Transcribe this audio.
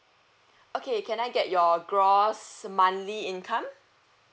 okay can I get your gross monthly income